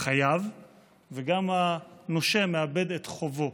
חייו וגם הנושה מאבד את חובו.